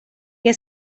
que